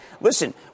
listen